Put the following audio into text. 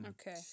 Okay